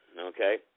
Okay